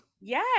Yes